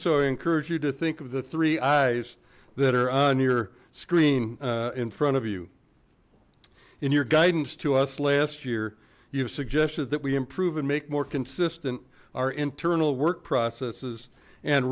i encourage you to think of the three eyes that are on your screen in front of you in your guidance to us last year you have suggested that we improve and make more consistent our internal work processes and